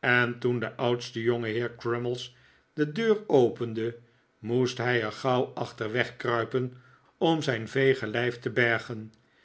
en toen de oudste jongeheer crummies de deur opende moest hij er gauw achter wegkruipen om zijn veege lijf te bergen